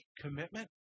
commitment